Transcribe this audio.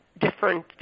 different